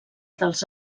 dels